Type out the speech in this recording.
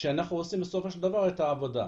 כשאנחנו עושים בסופו של דבר את העבודה.